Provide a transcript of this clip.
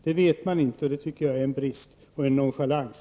Det vet man inte, och det tycker jag är en brist och en nonchalans.